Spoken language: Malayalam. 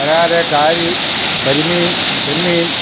കാരി കരിമീൻ ചെമ്മീൻ